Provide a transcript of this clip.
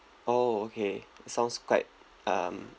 oh okay sounds quite um